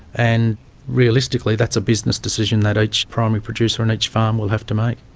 and realistically that's a business decision that each primary producer on each farm will have to make.